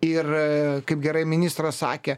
ir kaip gerai ministras sakė